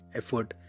effort